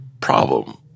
problem